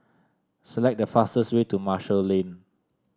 select the fastest way to Marshall Lane